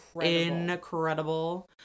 incredible